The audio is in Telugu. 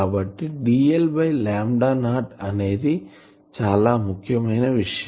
కాబట్టి dl బై లాంబ్డా నాట్ అనేది చాలా ముఖ్యమైన విషయం